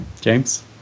James